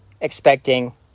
expecting